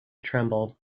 tremble